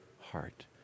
heart